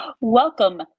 Welcome